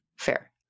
Fair